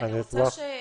על זה,